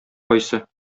кайсы